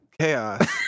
chaos